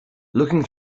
looking